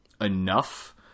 enough